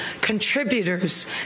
contributors